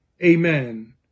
Amen